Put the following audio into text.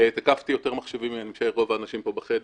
תקפתי יותר מחשבים אני חושב מרוב האנשים פה בחדר,